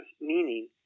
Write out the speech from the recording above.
meaning